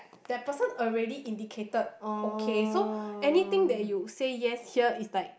that person already indicated okay so anything that you say yes here it's like